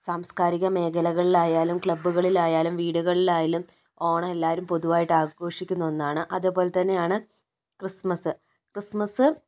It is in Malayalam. സംസ്കാരികമേഖലകളിലായാലും ക്ലബ്ബുകളിലായാലും വീടുകളിലായാലും ഓണം എല്ലാവരും പൊതുവായിട്ട് ആഘോഷിക്കുന്ന ഒന്നാണ് അതുപോലെ തന്നെയാണ് ക്രിസ്മസ് ക്രിസ്മസ്